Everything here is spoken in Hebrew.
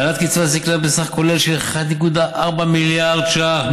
העלאת קצבת זקנה בסך כולל של 1.4 מיליארד ש"ח,